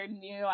new